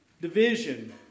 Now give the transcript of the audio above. division